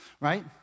right